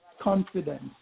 confidence